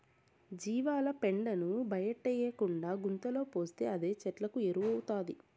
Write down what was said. జీవాల పెండను బయటేయకుండా గుంతలో పోస్తే అదే చెట్లకు ఎరువౌతాది